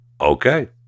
Okay